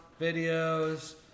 videos